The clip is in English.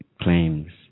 claims